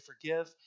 forgive